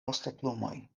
vostoplumoj